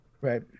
Right